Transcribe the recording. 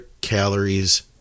calories